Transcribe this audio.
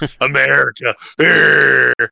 America